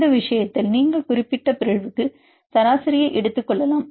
இந்த விஷயத்தில் நீங்கள் குறிப்பிட்ட பிறழ்வுக்கு சராசரியை எடுத்துக் கொள்ளலாம்